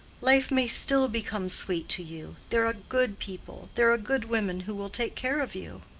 life may still become sweet to you. there are good people there are good women who will take care of you.